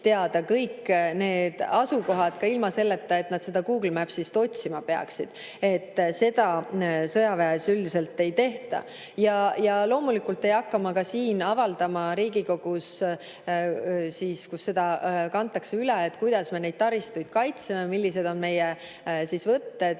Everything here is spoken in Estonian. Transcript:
teada kõik need asukohad ka ilma selleta, et nad seda Google Mapsist otsima peaksid, seda sõjaväes üldiselt ei tehta. Ja loomulikult ei hakka ma ka avaldama siin Riigikogus, kus seda [juttu] kantakse üle, kuidas me neid taristuid kaitseme, millised on meie võtted,